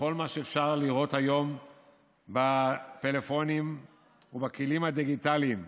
לכל מה שאפשר לראות היום בפלאפונים ובכלים הדיגיטליים,